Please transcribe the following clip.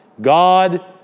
God